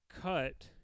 cut